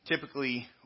Typically